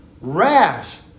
rash